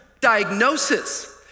diagnosis